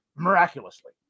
miraculously